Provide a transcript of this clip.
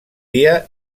dia